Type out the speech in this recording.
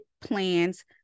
plans